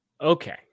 Okay